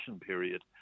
period